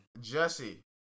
Jesse